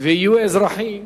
ויהיו אזרחים